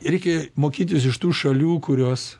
reikia mokytis iš tų šalių kurios